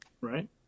Right